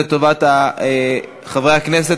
לטובת חברי הכנסת,